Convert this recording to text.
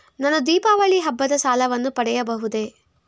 ನಾನು ದೀಪಾವಳಿ ಹಬ್ಬದ ಸಾಲವನ್ನು ಪಡೆಯಬಹುದೇ?